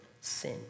sin